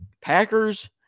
Packers